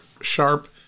sharp